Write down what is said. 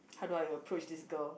how do I approach this girl